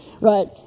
right